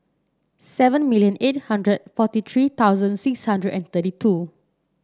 seven million eight hundred forty three thousand six hundred and thirty two